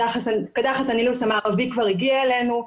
קדחת הנילוס המערבי כבר הגיעה אלינו.